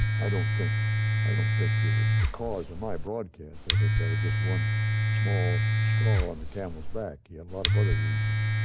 i don't think i don't think it was because of my broadcast. i think that was just one small straw on the camel's back. he had a lot of other reasons.